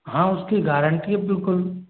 हाँ उसकी गारंटी है बिल्कुल